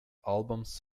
albums